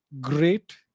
great